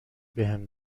بهم